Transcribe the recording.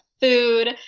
food